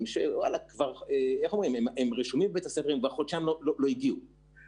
שהיו רשומים בבית הספר וחודשיים לא הגיעו,